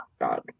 god